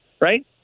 right